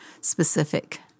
specific